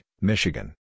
Michigan